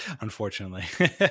unfortunately